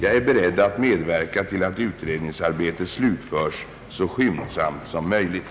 Jag är beredd att medverka till att utrednings arbetet slutförs så skyndsamt som möjligt.